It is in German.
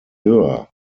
höher